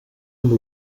amb